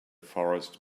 forest